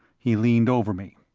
he leaned over me.